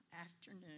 afternoon